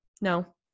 No